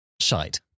Shite